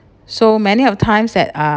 so many of times that are